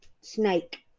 snake